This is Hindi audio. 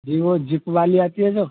जी वो जिप वाली आती है जो